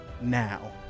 now